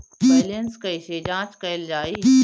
Balance कइसे जांच कइल जाइ?